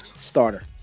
Starter